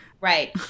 right